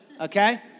okay